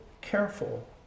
careful